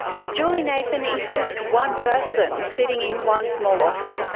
but julie nathan is just one person sitting in one small office,